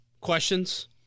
questions